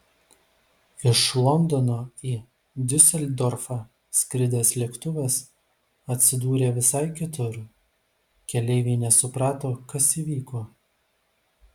iš londono į diuseldorfą skridęs lėktuvas atsidūrė visai kitur keleiviai nesuprato kas įvyko